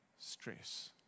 stress